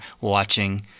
watching